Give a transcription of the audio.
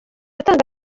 atanga